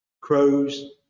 crows